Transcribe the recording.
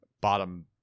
Bottom